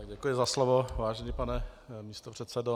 Děkuji za slovo, vážený pane místopředsedo.